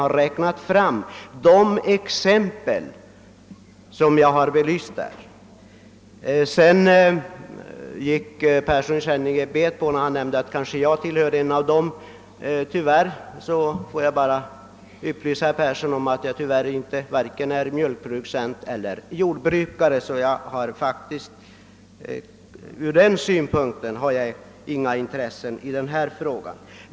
Tyvärr tog herr Persson i Skänninge fel när han förmodade att jag kanske var en av dessa jordbrukare. Jag är varken mjölkproducent eller jordbrukare och har alltså ur den synpunkten inga särskilda intressen i denna fråga.